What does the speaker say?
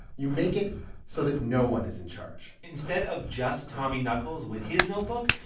you make it so that no one is in charge instead of just tommy knuckles with his notebook,